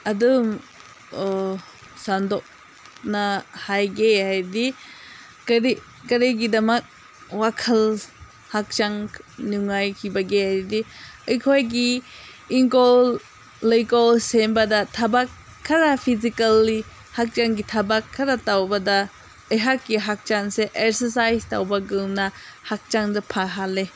ꯑꯗꯨꯝ ꯁꯟꯗꯣꯛꯅ ꯍꯥꯏꯒꯦ ꯍꯥꯏꯔꯗꯤ ꯀꯔꯤ ꯀꯔꯤꯒꯤꯗꯃꯛ ꯋꯥꯈꯜ ꯍꯛꯆꯥꯡ ꯅꯨꯡꯉꯥꯏꯈꯤꯕꯒꯦ ꯍꯥꯏꯔꯗꯤ ꯑꯩꯈꯣꯏꯒꯤ ꯏꯪꯈꯣꯜ ꯂꯩꯀꯣꯜ ꯁꯦꯝꯕꯗ ꯊꯕꯛ ꯈꯔ ꯐꯤꯖꯤꯀꯦꯜꯂꯤ ꯍꯛꯆꯥꯡꯒꯤ ꯊꯕꯛ ꯈꯔ ꯇꯧꯕꯗ ꯑꯩꯍꯥꯛꯀꯤ ꯍꯛꯆꯥꯡꯁꯦ ꯑꯦꯛꯁꯔꯁꯥꯏꯁ ꯇꯧꯒꯨꯝꯅ ꯍꯛꯆꯥꯡꯗ ꯐꯍꯜꯂꯦ